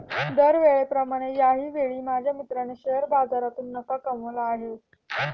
दरवेळेप्रमाणे याही वेळी माझ्या मित्राने शेअर बाजारातून नफा कमावला आहे